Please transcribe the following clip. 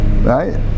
Right